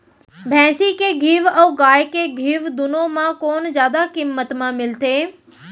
भैंसी के घीव अऊ गाय के घीव दूनो म कोन जादा किम्मत म मिलथे?